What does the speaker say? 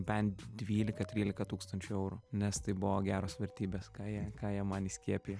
bent dvylika trylika tūkstančių eurų nes tai buvo geros vertybės ką jie ką jie man įskiepijo